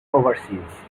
overseas